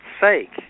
sake